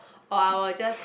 or I will just